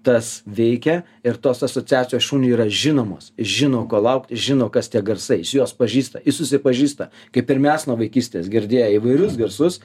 tas veikia ir tos asociacijos šuniui yra žinomos žino ko laukt žino kas tie garsai jis juos pažįsta jis susipažįsta kaip ir mes nuo vaikystės girdėję įvairius garsus